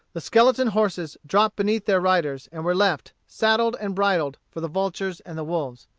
the skeleton horses dropped beneath their riders, and were left, saddled and bridled, for the vultures and the wolves.